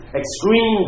extreme